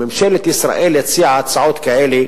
ממשלת ישראל הציעה הצעות כאלה